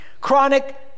chronic